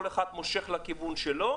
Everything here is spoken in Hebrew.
כל אחד מושך לכיוון שלו,